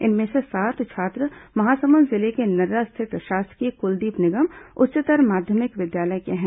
इनमें से सात छात्र महासमुंद जिले के नर्रा स्थित शासकीय कुलदीप निगम उच्चतर माध्यमिक विद्यालय के हैं